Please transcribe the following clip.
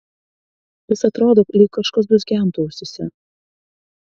vis atrodo lyg kažkas dūzgentų ausyse